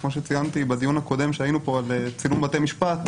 כמו שציינתי בדיון הקודם שהיינו פה על צילום בתי משפט,